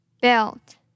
Belt